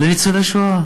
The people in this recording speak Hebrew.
לאן זה הולך?